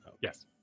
yes